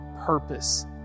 purpose